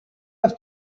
have